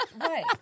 Right